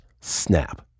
snap